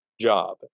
job